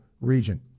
region